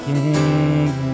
King